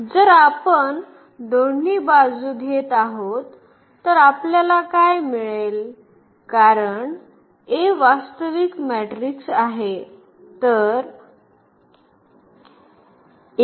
जर आपण दोन्ही बाजूंनी घेत आहोत तर आपल्याला काय मिळेल कारण A वास्तविक मॅट्रिक्स आहे तर